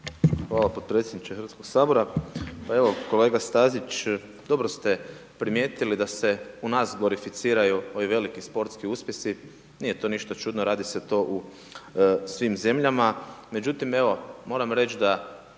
Hvala potpredsjedniče Hrvatskoga sabora. Pa evo, kolega Stazić, dobro ste primijetili da se u nas glorificiraju ovi veliki sportski uspjesi, nije to ništa čudno, radi se to u svim zemljama.